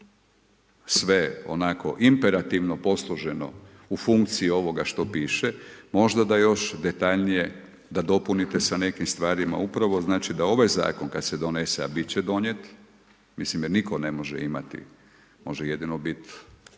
sve onako imperativno posloženo u funkciji ovoga što piše, možda da još detaljnije, da dopunite sa nekim stvarima. Upravo znači da ovaj zakon kada se donese a biti će donijet, mislim jer nitko ne može imati, može jedino biti